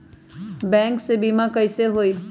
Bank से बिमा कईसे होई?